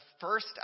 first